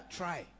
try